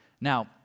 Now